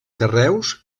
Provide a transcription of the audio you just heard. carreus